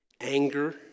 anger